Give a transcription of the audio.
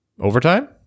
Overtime